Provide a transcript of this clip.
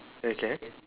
okay